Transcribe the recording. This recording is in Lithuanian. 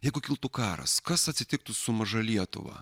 jeigu kiltų karas kas atsitiktų su maža lietuva